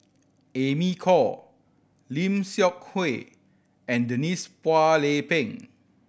Amy Khor Lim Seok Hui and Denise Phua Lay Peng